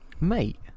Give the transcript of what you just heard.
Mate